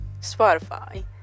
spotify